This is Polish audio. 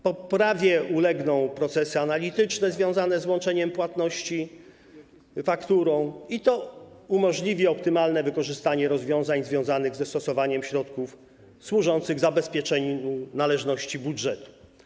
Poprawie ulegną procesy analityczne związane z łączeniem płatności fakturą, co umożliwi optymalne wykorzystanie rozwiązań związanych ze stosowaniem środków służących zabezpieczeniu należności budżetu.